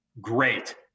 great